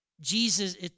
Jesus